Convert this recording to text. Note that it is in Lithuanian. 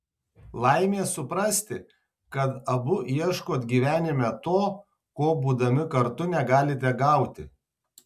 laimė suprasti kad abu ieškot gyvenime to ko būdami kartu negalite gauti